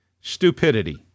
Stupidity